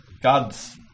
god's